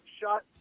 shot